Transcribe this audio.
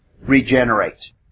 regenerate